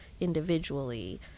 individually